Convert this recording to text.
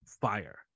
fire